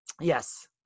yes